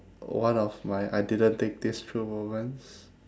one of my I didn't think this through moments